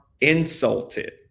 insulted